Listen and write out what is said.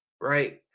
right